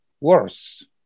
worse